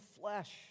flesh